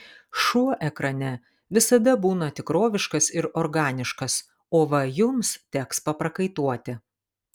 šuo ekrane visada būna tikroviškas ir organiškas o va jums teks paprakaituoti